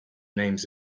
names